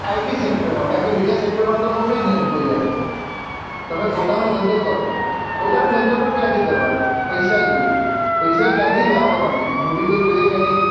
IT સેક્ટરમાં બાકી બીજા સેક્ટરમાં તો નોકરી જ નથી કોઈ જાતની તમે પોતાનો ધંધો કરો પોતાનો ધંધો પણ ક્યાંથી કરવાના પૈસા જોઈએ પૈસા ક્યાંથી લાવો તમે મૂડી જોઈએ કે નહિ